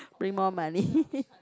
bring more money